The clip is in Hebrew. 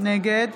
נגד